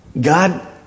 God